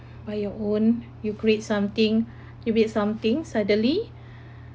by your own you create something you make something suddenly